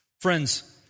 Friends